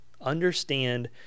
Understand